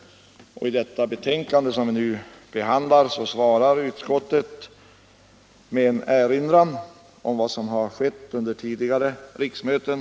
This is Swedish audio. I det betänkande som vi nu behandlar svarar utskottet med en erinran om vad som har skett under tidigare riksmöten.